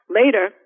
later